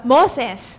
Moses